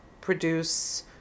produce